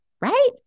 Right